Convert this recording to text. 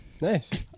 Nice